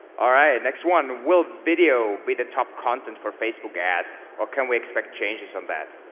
alright, next one. will video be the top content for facebook ads or can we expect changes on that?